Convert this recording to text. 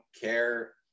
care